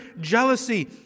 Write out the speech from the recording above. jealousy